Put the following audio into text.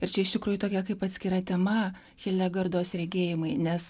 ir čia iš tikrųjų tokia kaip atskira tema hildegardos regėjimai nes